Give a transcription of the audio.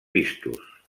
vistos